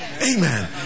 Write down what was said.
Amen